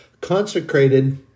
Consecrated